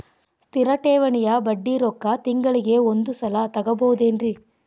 ಸ್ಥಿರ ಠೇವಣಿಯ ಬಡ್ಡಿ ರೊಕ್ಕ ತಿಂಗಳಿಗೆ ಒಂದು ಸಲ ತಗೊಬಹುದೆನ್ರಿ?